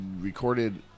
recorded